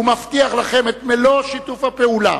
ומבטיח לכם את מלוא שיתוף הפעולה